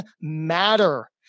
matter